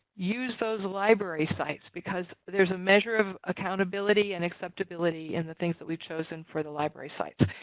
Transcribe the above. use those library sites because there's a measure of accountability and acceptability in the things that we've chosen for the library sites.